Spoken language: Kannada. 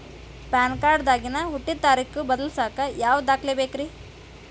ಪ್ಯಾನ್ ಕಾರ್ಡ್ ದಾಗಿನ ಹುಟ್ಟಿದ ತಾರೇಖು ಬದಲಿಸಾಕ್ ಯಾವ ದಾಖಲೆ ಬೇಕ್ರಿ?